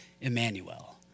Emmanuel